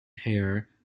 hair